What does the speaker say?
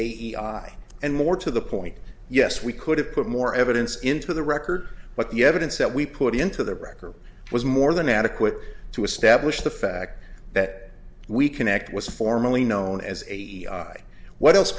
and more to the point yes we could have put more evidence into the record but the evidence that we put into the record was more than adequate to establish the fact that we connect was formally known as a what else